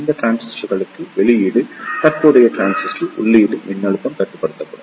இந்த டிரான்சிஸ்டர்களுக்கு வெளியீடு தற்போதைய டிரான்சிஸ்டர் உள்ளீடு மின்னழுத்தம் கட்டுப்படுத்தப்படும்